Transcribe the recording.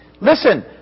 listen